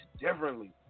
differently